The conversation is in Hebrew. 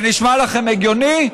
זה נשמע לכם הגיוני?